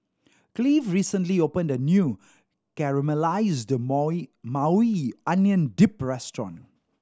Cleave recently opened a new Caramelized Maui Onion Dip restaurant